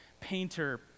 painter